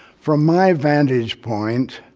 from my vantage point,